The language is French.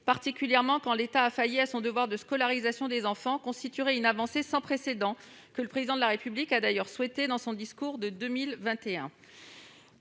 particulièrement quand l'État a failli à son devoir de scolarisation des enfants, constituerait une avancée sans précédent, que le Président de la République a d'ailleurs appelée de ses voeux dans son discours du 20